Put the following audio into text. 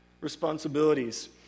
responsibilities